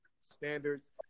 standards